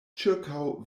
ĉirkaŭ